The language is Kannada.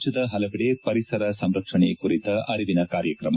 ರಾಜ್ಜದ ಹಲವೆಡೆ ಪರಿಸರ ಸಂರಕ್ಷಣೆ ಕುರಿತ ಅರಿವಿನ ಕಾರ್ಯಕ್ರಮ